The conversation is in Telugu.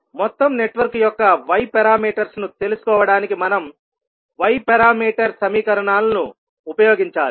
మొత్తం నెట్వర్క్ యొక్క y పారామీటర్స్ ను తెలుసుకోవడానికి మనం y పారామీటర్ సమీకరణాలను ఉపయోగించాలి